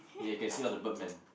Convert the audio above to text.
they can see all the bird man